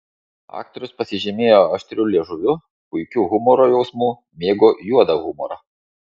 aktorius pasižymėjo aštriu liežuviu puikiu humoro jausmu mėgo juodą humorą